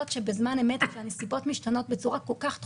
שבזמן אמת כשהנסיבות משתנות בצורה כל כך תכופה,